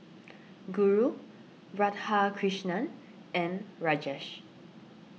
Guru Radhakrishnan and Rajesh